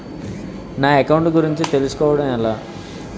నా అకౌంట్ గురించి తెలుసు కోవడం ఎలా?